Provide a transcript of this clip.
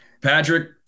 Patrick